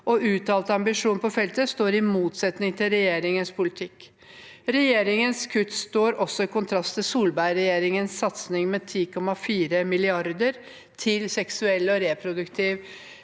uttalte ambisjoner på feltet står i motsetning til regjeringens politikk. Regjeringens kutt står også i kontrast til Solberg-regjeringens satsing med 10,4 mrd. kr til seksuelle og reproduktive